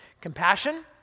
compassion